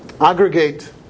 aggregate